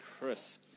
Chris